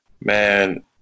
Man